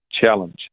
challenge